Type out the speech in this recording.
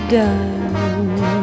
done